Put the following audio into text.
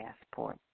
Passport